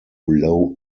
low